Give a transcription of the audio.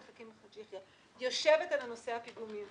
חכים חאג' יחיא יושבת על נושא הפיגומים,